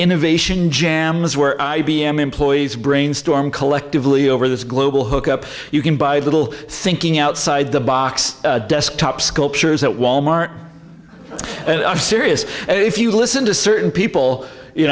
innovation jams where i b m employees brainstorm collectively over this global hook up you can buy that will thinking outside the box desktop sculptures at wal mart and i'm serious if you listen to certain people you